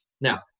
Now